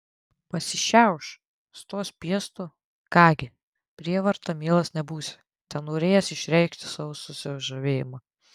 pasišiauš stos piestu ką gi prievarta mielas nebūsi tenorėjęs išreikšti savo susižavėjimą